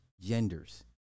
genders